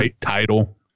title